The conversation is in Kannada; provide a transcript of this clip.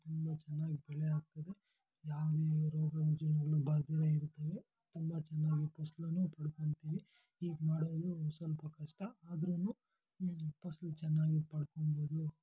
ತುಂಬ ಚೆನ್ನಾಗಿ ಬೆಳೆ ಆಗ್ತದೆ ಯಾವುದೇ ರೋಗ ರುಜಿನಗಳು ಬಾರ್ದೆ ಇರುತ್ತವೆ ತುಂಬ ಚೆನ್ನಾಗಿ ಫಸಲನ್ನು ಪಡ್ಕೊತಿವಿ ಹೀಗೆ ಮಾಡೋದು ಒಂದ್ಸ್ವಲ್ಪ ಕಷ್ಟ ಆದ್ರು ಫಸಲು ಚೆನ್ನಾಗಿ ಪಡ್ಕೊಬೋದು